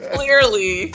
clearly